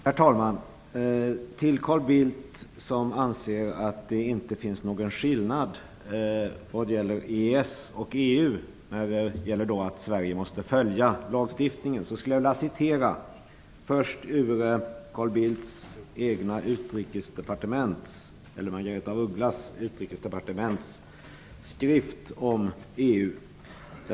Herr talman! För Carl Bildt, som inte anser att det finns någon skillnad när det gäller EES och EU, i fråga om att Sverige måste följa lagstiftningen skulle jag vilja läsa upp något ur Margaretha af Ugglas Utrikesdepartements skrift om EU.